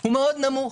הוא מאוד נמוך.